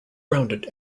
grounded